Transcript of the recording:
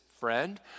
friend